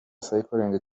cycling